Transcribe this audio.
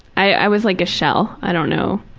i was like a shell, i don't know.